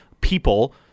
people